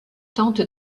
tente